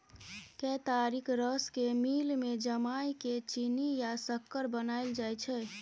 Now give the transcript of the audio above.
केतारीक रस केँ मिल मे जमाए केँ चीन्नी या सक्कर बनाएल जाइ छै